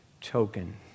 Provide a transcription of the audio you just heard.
token